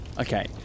Okay